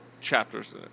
chapters